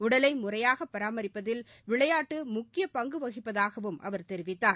உடலை முறையாக பராமரிப்பதில் விளையாட்டு முக்கிய பங்கு வகிப்பதாகவும் அவர் தெரிவித்தார்